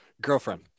Girlfriend